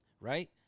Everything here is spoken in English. right